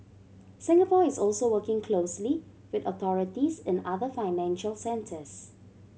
Singapore is also working closely with authorities in other financial centres